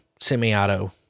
semi-auto